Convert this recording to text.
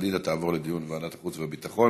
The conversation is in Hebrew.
פדידה תעבור לדיון בוועדת החוץ והביטחון.